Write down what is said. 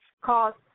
cost